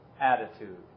attitude